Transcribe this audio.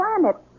planet